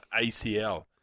ACL